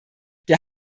der